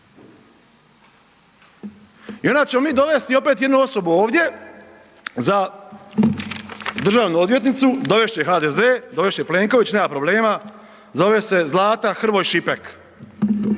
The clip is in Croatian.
I onda ćemo mi dovesti jednu osobu ovdje za državnu odvjetnicu dovest će ju HDZ, dovest će Plenković, nema problema zove se Zlata Hrvoj Šipek,